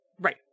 right